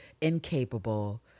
incapable